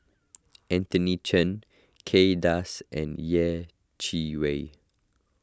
Anthony Chen Kay Das and Yeh Chi Wei